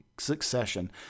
succession